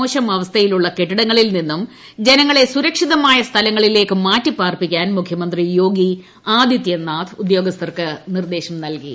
മോശം അവസ്ഥയിലുള്ള കെട്ടിടങ്ങളിൽ നിന്നും ജനങ്ങളെ സുരക്ഷിതമായ സ്ഥലത്തേക്ക് മാറ്റിപാർപ്പിക്കാൻ മുഖ്യമന്ത്രി യോഗി ആതിഥ്യനാഥ് ഉദ്യോഗസ്ഥർക്ക് നിർദ്ദേശം നൽകി